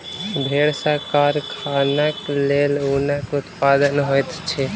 भेड़ सॅ कारखानाक लेल ऊनक उत्पादन होइत अछि